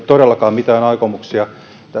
todellakaan mitään aikomuksia